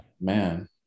man